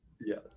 yes